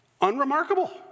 Unremarkable